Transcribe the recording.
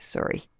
Sorry